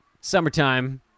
Summertime